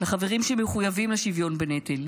לחברים שמחויבים לשוויון בנטל,